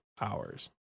hours